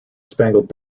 spangled